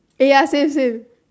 eh ya same same